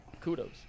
kudos